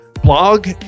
blog